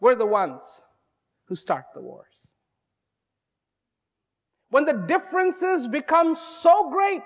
were the ones who start the war when the differences become so great